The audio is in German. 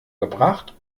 gebracht